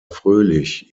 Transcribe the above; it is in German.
fröhlich